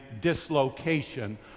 dislocation